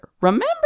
remember